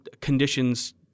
conditions